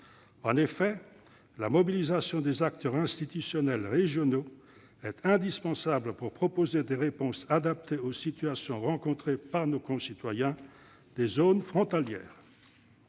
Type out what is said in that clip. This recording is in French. En effet, la mobilisation des acteurs institutionnels régionaux est indispensable pour proposer des réponses adaptées aux situations rencontrées par nos concitoyens des zones frontalières.